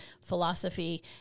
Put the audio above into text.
philosophy